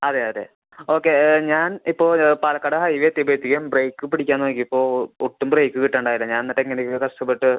അതെ അതെ ഓക്കെ ഞാൻ ഇപ്പോൾ പാലക്കാട് ഹൈ വേ എത്തിയപ്പഴത്തേക്കും ബ്രേക്ക് പിടിക്കാൻ നോക്കിയപ്പോൾ ഒട്ടും ബ്രേക്ക് കിട്ടണുണ്ടായില്ല ഞാൻ എന്നിട്ട് എങ്ങനെയോ കഷ്ടപ്പെട്ട്